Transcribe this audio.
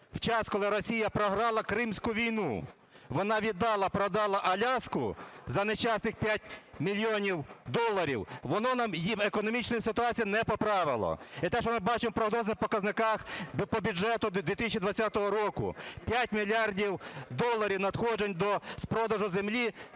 в час, коли Росія програла Кримську війну, вона віддала, продала Аляску за нещасних 5 мільйонів доларів, воно їм економічної ситуації не поправило. І те, що ми бачимо по прогнозних показниках по бюджету 2020 року, 5 мільярдів доларів надходжень з продажу землі,